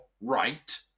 right